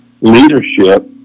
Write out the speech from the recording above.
leadership